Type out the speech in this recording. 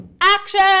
action